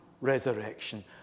resurrection